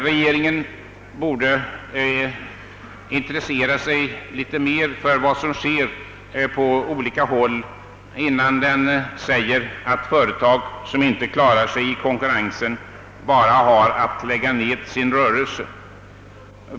Regeringen borde intressera sig litet mer för vad som händer på olika håll innan den stolt deklarerar att företag som inte klarar sig i konkurrensen bara har att lägga ner sin rörelse.